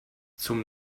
zum